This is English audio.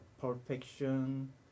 perfection